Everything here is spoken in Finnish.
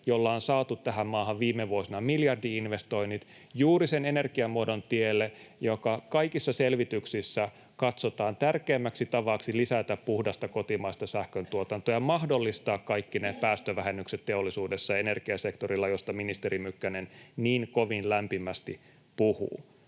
jolla on saatu tähän maahan viime vuosina miljardi-investoinnit, juuri sen energiamuodon tielle, joka kaikissa selvityksissä katsotaan tärkeimmäksi tavaksi lisätä puhdasta kotimaista sähköntuotantoa ja mahdollistaa kaikki ne päästövähennykset teollisuudessa ja energiasektorilla, joista ministeri Mykkänen niin kovin lämpimästi puhuu.